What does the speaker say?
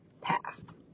passed